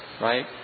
right